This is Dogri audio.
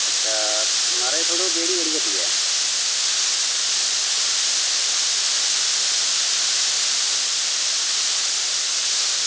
म्हाराज थुआढ़े कोल केह्ड़ी केह्ड़ी गड्डी ऐ